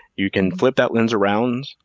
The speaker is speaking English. you can flip that lens around,